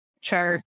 chart